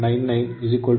ಆದ್ದರಿಂದ 0